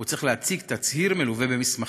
צריך להציג תצהיר מלווה במסמכים.